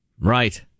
Right